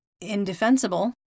indefensible